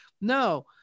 no